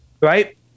right